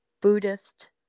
Buddhist